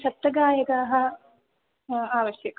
सप्तगायकाः आवश्यकाः